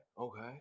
Okay